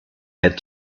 had